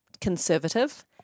conservative